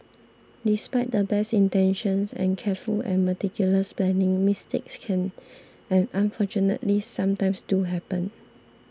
despite the best intentions and careful and meticulous planning mistakes can and unfortunately sometimes do happen